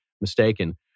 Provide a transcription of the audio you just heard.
mistaken